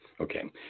Okay